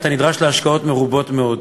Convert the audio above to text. אתה נדרש להשקעות מרובות מאוד.